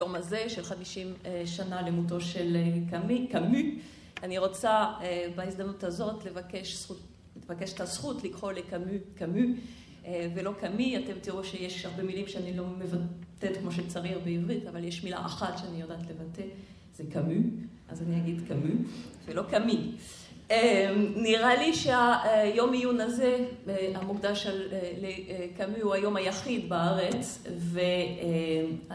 יום הזה של חמישים שנה למותו של קאמי, קאמו. אני רוצה בהזדמנות הזאת לבקש זכות... לבקש את הזכות לקרוא לקאמו - קאמו, ולא קאמי. אתם תראו שיש הרבה מילים שאני לא מבטאת כמו שצריך בעברית, אבל יש מילה אחת שאני יודעת לבטא, זה קאמו, אז אני אגיד קאמו, ולא קאמי. נראה לי שהיום עיון הזה, המוקדש לקאמי, הוא היום היחיד בארץ, והם...